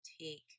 take